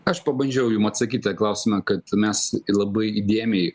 aš pabandžiau jum atsakyt į tą klausimą kad mes labai įdėmiai